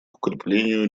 укреплению